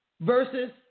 versus